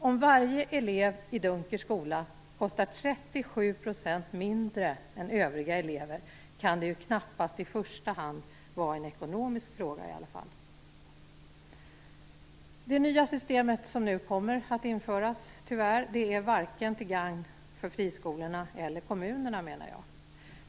Om varje elev i Dunkers skola kostar 37 % mindre än övriga elever kan det ju knappast i första hand vara en ekonomisk fråga i alla fall. Jag menar att det nya system som nu tyvärr kommer att införas varken är till gagn för friskolorna eller kommunerna.